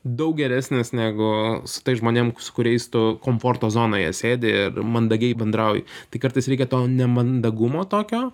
daug geresnis negu su tais žmonėm kuriais tu komforto zonoje sėdi ir mandagiai bendrauji tai kartais reikia to nemandagumo tokio